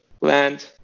land